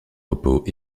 repos